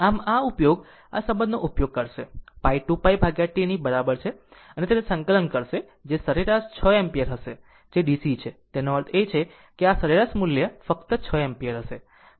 આમ આ ઉપયોગ આ સંબંધનો ઉપયોગ કરશે π 2π T ની બરાબર છે અને તેને સંકલન કરશે જે સરેરાશ 6 એમ્પીયર હશે જે DC છે તેનો અર્થ એ છે કે આ જ છે સરેરાશ મૂલ્ય ફક્ત 6 એમ્પીયર હશે